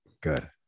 Good